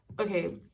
okay